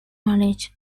knowledge